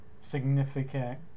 significant